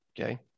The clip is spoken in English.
Okay